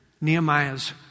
Nehemiah's